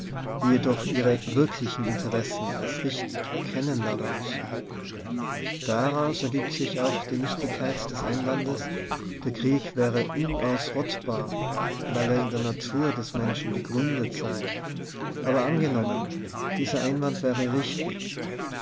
jedoch ihre wirklichen interessen erst richtig erkennen lernen müssen daraus ergibt sich auch die nichtigkeit des ein wandes der krieg wäre unausrottbar weil er in der natur des menschen begründet sei aber an genommen dieser einwand wäre richtig